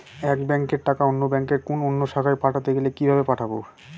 এক ব্যাংকের টাকা অন্য ব্যাংকের কোন অন্য শাখায় পাঠাতে গেলে কিভাবে পাঠাবো?